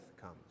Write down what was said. comes